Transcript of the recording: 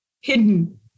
hidden